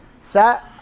Set